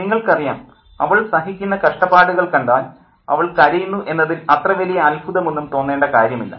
നിങ്ങൾക്കറിയാം അവൾ സഹിക്കുന്ന കഷ്ടപ്പാടുകൾ കണ്ടാൽ അവൾ കരയുന്നു എന്നതിൽ അത്ര വലിയ അത്ഭുതമൊന്നും തോന്നേണ്ട കാര്യമില്ല